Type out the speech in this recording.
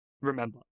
Remember